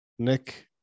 Nick